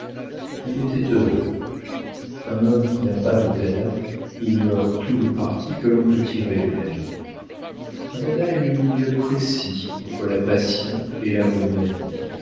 il était heureux un homme qui n'a pas de dada ignore tout le parti que l'on peut tirer de la vie un dada est le milieu précis entre la passion et la monomanie